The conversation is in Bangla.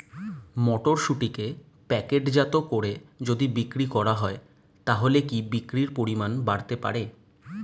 মটরশুটিকে প্যাকেটজাত করে যদি বিক্রি করা হয় তাহলে কি বিক্রি পরিমাণ বাড়তে পারে?